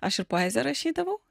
aš ir poeziją rašydavau